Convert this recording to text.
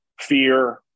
fear